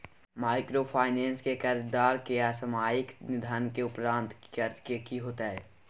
Microfinance के कर्जदार के असामयिक निधन के उपरांत कर्ज के की होतै?